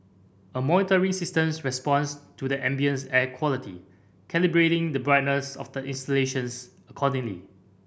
a monitoring systems responds to the ambient air quality calibrating the brightness of the installations accordingly